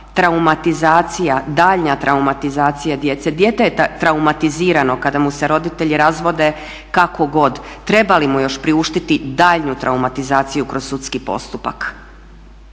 traumatizacija, daljnja traumatizacija djece. Dijete je traumatizirano kada mu se roditelji razvode kako god. Treba li mu još priuštiti daljnju traumatizaciju kroz sudski postupak?